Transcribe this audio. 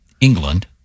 England